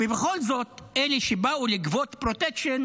ובכל זאת אלה שבאו לגבות פרוטקשן